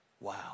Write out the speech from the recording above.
Wow